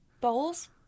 Bowls